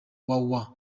wawa